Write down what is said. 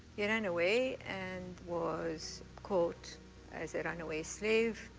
yeah ran away and was caught as a runaway slave.